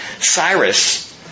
Cyrus